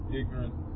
ignorant